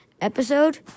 episode